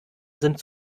sind